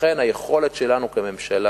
לכן, היכולת שלנו כממשלה